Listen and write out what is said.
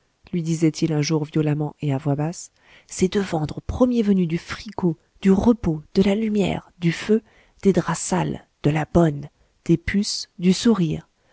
lui disait-il un jour violemment et à voix basse c'est de vendre au premier venu du fricot du repos de la lumière du feu des draps sales de la bonne des puces du sourire